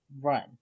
run